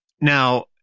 Now